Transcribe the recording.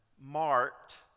marked